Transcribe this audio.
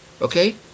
okay